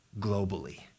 globally